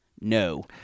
No